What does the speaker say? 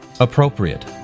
Appropriate